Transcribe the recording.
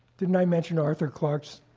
didn't i mention arthur clark's,